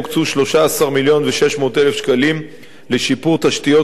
מיליון ו-600,000 שקלים לשיפור תשתיות חיוניות,